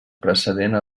precedent